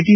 T